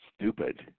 stupid